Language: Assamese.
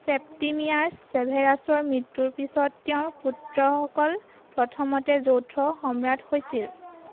চেপ্টিমিয়াছ ছেভেৰাছৰ মৃত্যুৰ পিছত তেওঁৰ পুত্ৰসকল প্ৰথমতে যৌথ সম্ৰাট হৈছিল